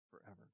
forever